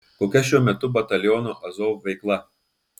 kokia šiuo metu bataliono azov veikla